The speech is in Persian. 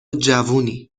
جوونی